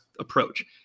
approach